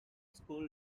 school